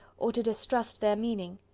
or to distrust their meaning.